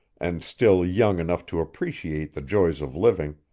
and still young enough to appreciate the joys of living,